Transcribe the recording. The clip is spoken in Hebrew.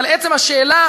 אבל עצם השאלה